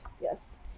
yes